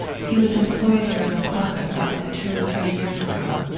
he was employed here in the clock-department two or three years ago.